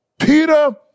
Peter